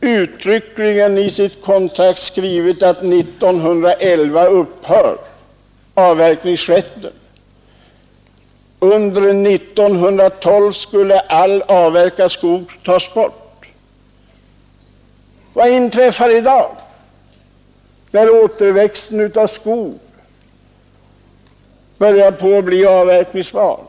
uttryckligen i sitt kontrakt skrivit att 1911 upphör avverkningsrätten, och under 1912 skulle all avverkad skog tas bort. Vad inträffar i dag, när återväxten av skog börjar bli avverkningsbar?